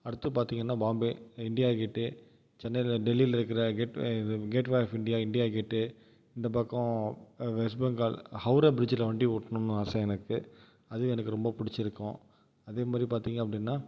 அடுத்து பார்த்தீங்கன்னா Bombay India gate சென்னையில் டெல்லியில் இருக்கிற gate gateway of India India gate இந்த பக்கம் வெஸ்ட் பெங்கால் ஹவ்ரா பிரிட்ஜில் வண்டி ஓட்டணுன்னு ஆசை எனக்கு அதுவும் எனக்கு ரொம்ப பிடிச்சிருக்கும் அதே மாதிரி பார்த்தீங்க அப்படின்னா